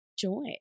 Joy